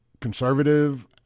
conservative